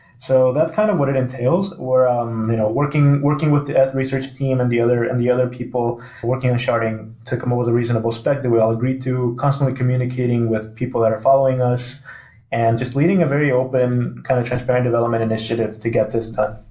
so that's kind of what it entails. we're um you know working working with the eth research team and the other and the other people working on sharding to come up with a reasonable spec that we all agree to. constantly communicating with people that are following us and just leading a very open kind of transparent development initiative to get this done.